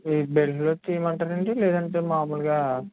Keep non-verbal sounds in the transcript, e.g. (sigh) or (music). ఈ (unintelligible) ఇమ్మంటారా అండి లేదంటే మాములుగా